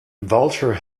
vulture